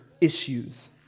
issues